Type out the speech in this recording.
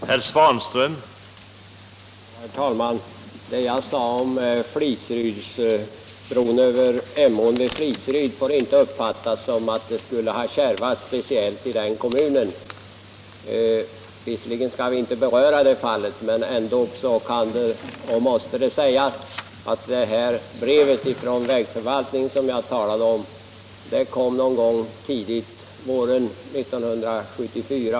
Herr talman! Det jag sade om bron över Emån vid Fliseryd får inte uppfattas så att det skulle ha varit speciellt kärvt i den kommunen. Visserligen skall vi inte beröra det enskilda fallet, men ändå måste det sägas att det brev från vägförvaltningen som jag talat om kom i september i år.